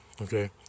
Okay